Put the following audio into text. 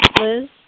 Liz